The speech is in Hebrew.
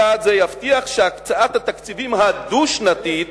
צעד זה יבטיח שהקצאת התקציבים הדו-שנתית